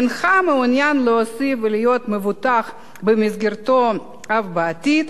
אינך מעוניין להוסיף ולהיות מבוטח במסגרתו אף בעתיד,